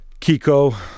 Kiko